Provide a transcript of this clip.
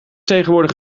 tegenwoordig